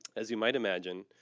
as you might imagine,